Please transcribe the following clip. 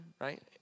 right